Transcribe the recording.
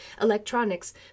electronics